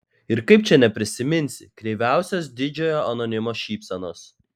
ir kaip čia neprisiminsi kreiviausios didžiojo anonimo šypsenos